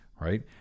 right